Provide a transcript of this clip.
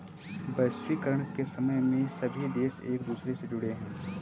वैश्वीकरण के समय में सभी देश एक दूसरे से जुड़े है